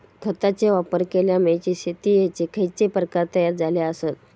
खतांचे वापर केल्यामुळे शेतीयेचे खैचे प्रकार तयार झाले आसत?